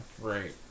Right